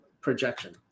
projection